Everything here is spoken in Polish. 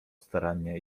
starannie